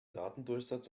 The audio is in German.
datendurchsatz